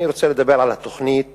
אני רוצה לדבר על התוכנית